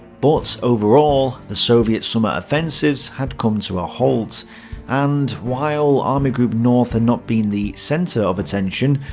but overall, the soviet summer offensives had come to a halt and, while army group north had not been the centre of attention,